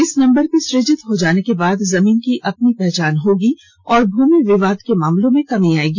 इस नंबर के सुजित हो जाने के बाद जमीन की अपनी पहचान होगी और भूमि विवाद के मामले में कमी आयेगी